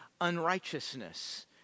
unrighteousness